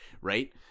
right